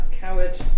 coward